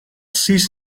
sis